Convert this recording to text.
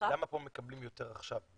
למה פה מקבלים יותר עכשיו?